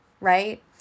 Right